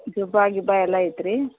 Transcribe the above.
ಜುಬ್ಬಾ ಗಿಬ್ಬಾ ಎಲ್ಲ ಐತ್ರಿ